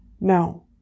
no